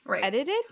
edited